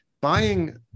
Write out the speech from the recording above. buying